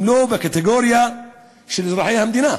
הם לא בקטגוריה של אזרחי המדינה,